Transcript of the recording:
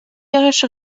irische